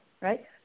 right